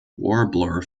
warbler